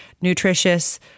nutritious